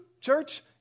church